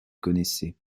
connaissait